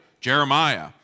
Jeremiah